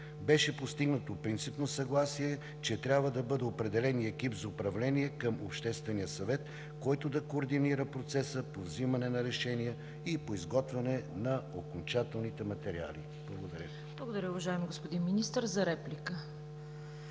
Беше постигнато принципно съгласие, че трябва да бъде определен и екип за управление към обществения съвет, който да координира процеса по взимане на решения и по изготвяне на окончателните материали. Благодаря Ви. ПРЕДСЕДАТЕЛ ЦВЕТА КАРАЯНЧЕВА: Благодаря Ви, уважаеми господин Министър. За реплика